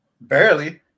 barely